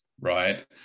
right